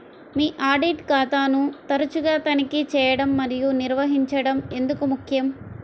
మీ audit ఖాతాను తరచుగా తనిఖీ చేయడం మరియు నిర్వహించడం ఎందుకు ముఖ్యం?